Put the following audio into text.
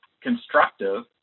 constructive